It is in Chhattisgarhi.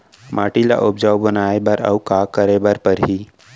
माटी ल उपजाऊ बनाए बर अऊ का करे बर परही?